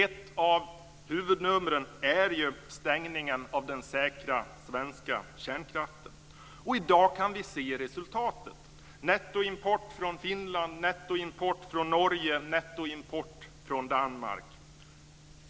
Ett av huvudnumren är ju stängningen av den säkra svenska kärnkraften, och i dag kan vi se resultatet: nettoimport från Finland, nettoimport från Norge, nettoimport från Danmark.